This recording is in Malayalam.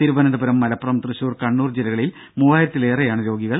തിരുവനന്തപുരം മലപ്പുറം തൃശൂർ കണ്ണൂർ ജില്ലകളിൽ മൂവ്വായിരത്തിലേറെയാണ് രോഗികൾ